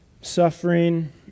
suffering